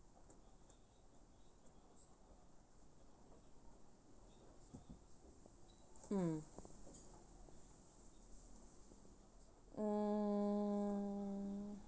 mm um